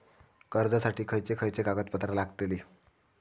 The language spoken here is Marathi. कर्जासाठी खयचे खयचे कागदपत्रा लागतली?